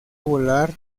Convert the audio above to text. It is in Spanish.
volar